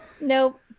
nope